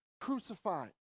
crucified